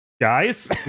guys